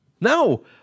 no